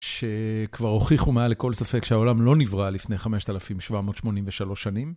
שכבר הוכיחו מעל לכל ספק שהעולם לא נבראה לפני 5,783 שנים.